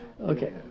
Okay